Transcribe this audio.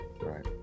right